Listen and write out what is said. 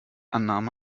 annahme